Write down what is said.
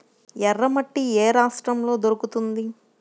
ఎర్రమట్టి ఏ రాష్ట్రంలో దొరుకుతుంది?